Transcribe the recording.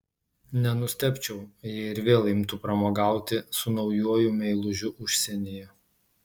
nenustebčiau jei ir vėl imtų pramogauti su naujuoju meilužiu užsienyje